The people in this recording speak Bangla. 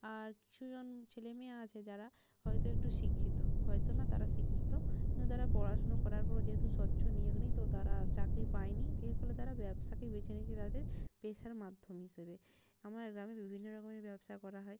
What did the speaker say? আর কিছুজন ছেলে মেয়ে আছে যারা হয়তো একটু শিক্ষিত হয়তো না তারা শিক্ষিত কিন্তু তারা পড়াশুনো করার পরও যেহেতু স্বচ্ছ নিয়োগ নেই তো তারা চাকরি পায় নি দিয়ে এর ফলে তারা ব্যবসাকে বেছে নিয়েছে তাদের পেশার মাধ্যম হিসেবে আমার গ্রামে বিভিন্ন রকমের ব্যবসা করা হয়